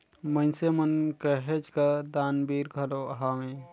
मइनसे मन कहेच कर दानबीर घलो हवें